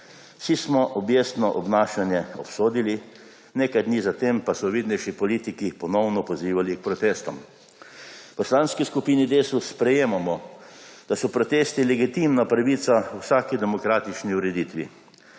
Vsi smo objestno obnašanje obsodili, nekaj dni za tem pa so vidnejši politiki ponovno pozivali k protestom. V Poslanski skupini Desus sprejemamo, da so protesti legitimna pravica v vsaki demokratični ureditvi,